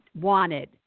wanted